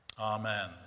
Amen